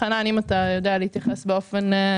חנן, אם אתה יודע להתייחס באופן מפורט יותר.